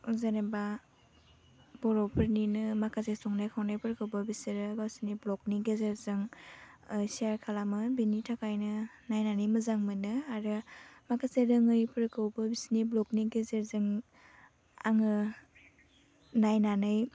जेनेबा बर'फोरनिनो माखासे संनाय खावनायफोरखौबो बिसोरो गावसिनि ब्ल'गनि गेजेरजों सेयार खालामो बेनि थाखायनो नायनानै मोजां मोनो आरो माखासे रोङैफोरखौबो बिसिनि ब्ल'गनि गेजेरजों आङो नायनानै